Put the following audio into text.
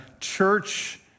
church